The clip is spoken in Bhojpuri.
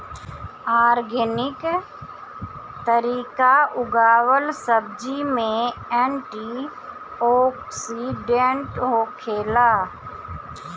ऑर्गेनिक तरीका उगावल सब्जी में एंटी ओक्सिडेंट होखेला